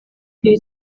iri